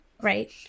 Right